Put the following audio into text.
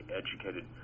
educated